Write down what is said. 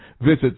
visit